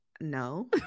no